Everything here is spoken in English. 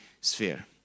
sphere